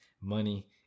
Money